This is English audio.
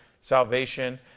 salvation